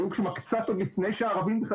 שמעו שם קצת עוד לפני שהערבים בכלל